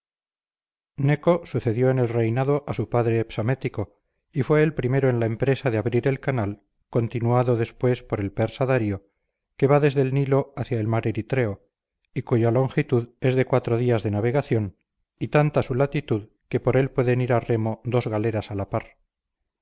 sucedió en el reinado a su padre psamético y fue el primero en la empresa de abrir el canal continuado después por el persa darío que va desde el nilo hacia el mar eritreo y cuya longitud es de cuatro días de navegación y tanta su latitud que por él pueden ir a remo dos galeras a la par